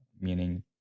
meaning